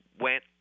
went